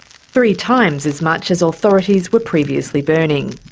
three times as much as authorities were previously burning.